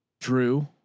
Drew